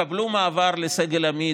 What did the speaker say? יקבלו מעבר לסגל עמית,